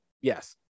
yes